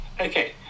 okay